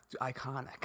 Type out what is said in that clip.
Iconic